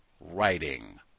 writing